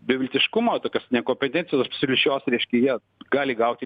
beviltiškumo tokios nekompetencijos absoliučios reiškia jie gali gauti